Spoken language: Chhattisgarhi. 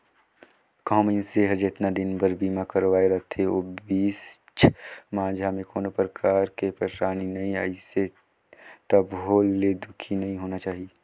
कहो मइनसे हर जेतना दिन बर बीमा करवाये रथे ओ बीच माझा मे कोनो परकार के परसानी नइ आइसे तभो ले दुखी नइ होना चाही